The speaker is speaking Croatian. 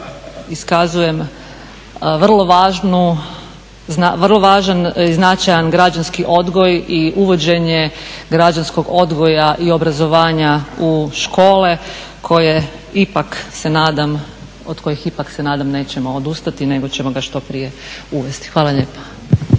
iskazujem vrlo važan i značajan građanski odgoj i uvođenje građanskog odgoja i obrazovanja u škole koje ipak se nadam, od kojih ipak se nadam nećemo odustati nego ćemo ga što prije uvesti. Hvala lijepa.